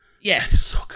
Yes